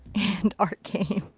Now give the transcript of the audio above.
and art game.